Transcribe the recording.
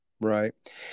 Right